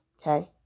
okay